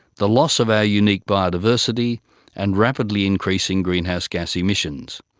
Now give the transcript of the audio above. the loss of our unique biodiversity and rapidly increasing greenhouse gas emissions.